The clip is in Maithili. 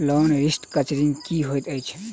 लोन रीस्ट्रक्चरिंग की होइत अछि?